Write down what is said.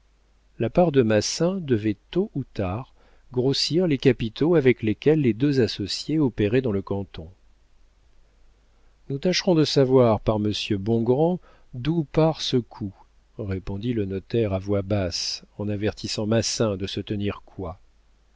la part de massin devait tôt ou tard grossir les capitaux avec lesquels les deux associés opéraient dans le canton nous tâcherons de savoir par monsieur bongrand d'où part ce coup répondit le notaire à voix basse en avertissant massin de se tenir coi